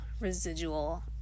residual